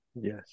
Yes